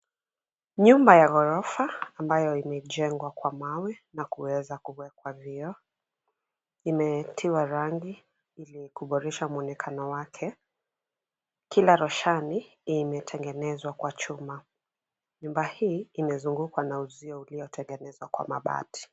Nyumba ya gorofa ambayo imejengwa kwa mawe na kuweza kuwekwa vioo imetiwa rangi ili kuboresha mwonekano wake. Kila roshani imetengenezwa kwa chuma. Nyumba hii imezungukwa na uzio uliotengenezwa kwa mabati.